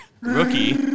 rookie